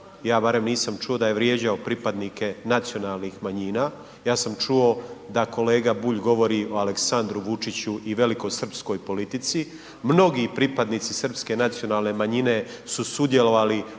ja barem nisam čuo da je vrijeđao pripadnike nacionalnih manjina, ja sam čuo da kolega Bulj govori o Aleksandru Vučiću i velikosrpskoj politici. Mnogi pripadnici srpske nacionalne manjine su sudjelovali